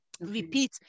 repeat